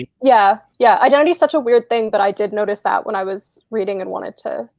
yeah, yeah. identity is such a weird thing, but i did notice that when i was reading and wanted to